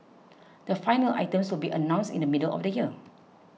the final items will be announced in the middle of the year